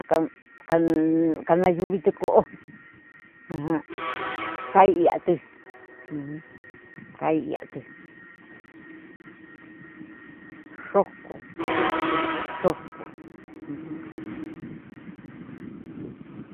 Kan-Kan-Kanayuvitü ko'o ajan kai iatü ujun kai iatü xoko xoko.